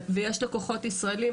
ויש לקוחות ישראלים.